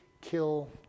kill